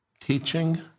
teaching